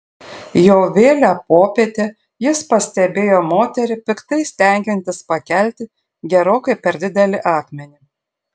jau vėlią popietę jis pastebėjo moterį piktai stengiantis pakelti gerokai per didelį akmenį